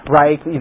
right